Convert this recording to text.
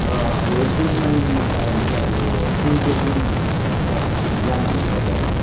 र यो सुर नमिल्नुको कारण चाहिँ अब सुरको पनि एउटा ज्ञान हुनुपर्यो है